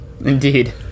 Indeed